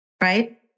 right